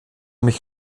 mich